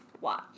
watch